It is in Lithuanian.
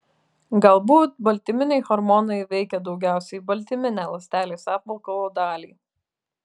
galbūt baltyminiai hormonai veikia daugiausiai baltyminę ląstelės apvalkalo dalį